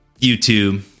YouTube